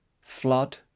Flood